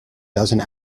dozen